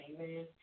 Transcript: Amen